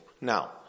Now